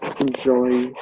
enjoy